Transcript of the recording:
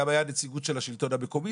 גם הייתה נציגות של השלטון המקומי,